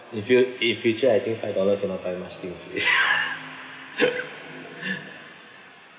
in fu~ in future I think five dollar cannot buy much things already